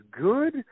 good